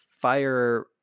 fire